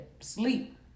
sleep